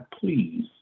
please